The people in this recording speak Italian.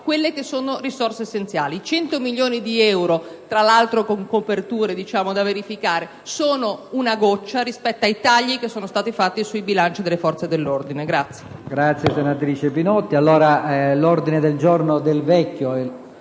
esserci risorse essenziali: 100 milioni di euro, tra l'altro con coperture da verificare, sono una goccia rispetto ai tagli fatti sui bilanci delle forze dell'ordine.